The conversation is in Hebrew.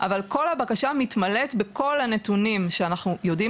אבל כל הבקשה מתמלאת בכל הנתונים שאנחנו יודעים